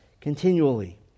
continually